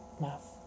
math